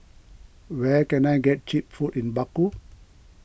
where can I get Cheap Food in Baku